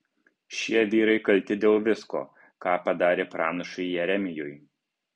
šie vyrai kalti dėl visko ką padarė pranašui jeremijui